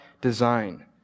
design